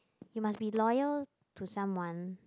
you must be loyal to someone